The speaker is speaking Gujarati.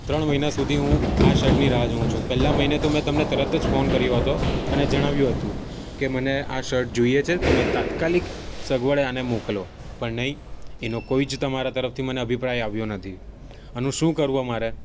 ત્રણ મહિના સુધી હું આ શર્ટની રાહ જોઉં છું પહેલા મહિને તો મેં તમને તરત જ ફોન કર્યો હતો અને જણાવ્યું હતુ કે મને આ શર્ટ જોઈએ છે તમે તાત્કાલિક સગવડે આને મોકલો પણ નહીં એનો કોઈ જ તમારા તરફથી મને અભિપ્રાય આવ્યો નથી આનું શું કરવું મારે